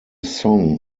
song